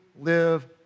live